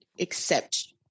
accept